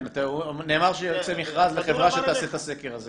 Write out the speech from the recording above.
נאמר שיוצא מכרז לחברה שתעשה את הסקר הזה.